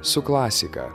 su klasika